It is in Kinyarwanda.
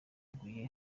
ruguru